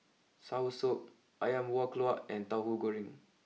Soursop Ayam Buah Keluak and Tauhu Goreng